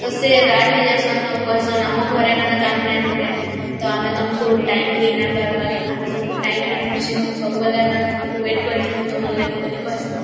ତ ସେ ରାଗ୍ ହେଇଯାଏସନ୍ ଆଉ କହେସନ୍ ଆମ ଘରେ କାଣା କାମ୍ ନାଇଁନ କେଁ ତ ଆମେ ତମ୍କୁ ଟାଇମ୍ ନାଇଁ ଦେଇପାର୍ବାର୍ ଆମେ ତମ୍କୁ ଟାଇମ୍ରେ ପହଞ୍ଚେଇବୁ ସବୁବେଲେ କାଣା ତମ୍କୁ ୱେଟ୍ କରିଥିମୁ ତମର୍ ଲାଗି ବଲି କହେସନ୍